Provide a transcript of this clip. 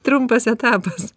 trumpas etapas